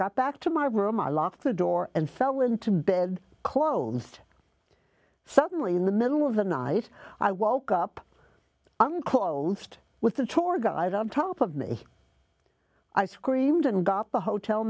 got back to my room i locked the door and fell into bed closed suddenly in the middle of the night i woke up unclothed with the tour guide on top of me i screamed and got the hotel